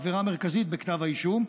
העבירה המרכזית בכתב האישום,